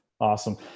awesome